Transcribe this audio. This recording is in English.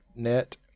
net